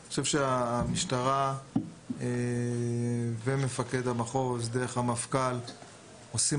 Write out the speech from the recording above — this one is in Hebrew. אני חושב שהמשטרה ומפקד המחוז דרך המפכ"ל עושים